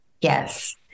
Yes